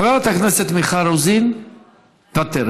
חברת הכנסת מיכל רוזין, מוותרת,